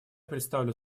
предоставлю